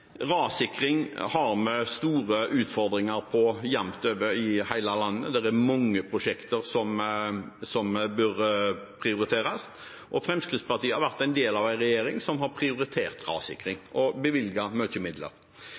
Rassikring er noe vi har store utfordringer med over hele landet. Det er mange prosjekter som bør prioriteres, og Fremskrittspartiet har vært en del av en regjering som har prioritert rassikring